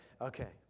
Okay